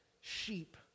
Sheep